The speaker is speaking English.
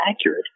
accurate